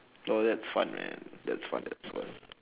oh that's fun man that's fun that's fun